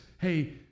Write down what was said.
Hey